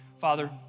Father